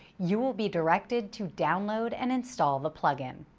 you will be directed to download and install the plug-in.